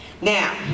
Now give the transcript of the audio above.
Now